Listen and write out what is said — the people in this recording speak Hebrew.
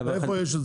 איפה יש את זה?